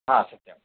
हा सत्यम्